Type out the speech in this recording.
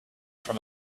from